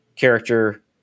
Character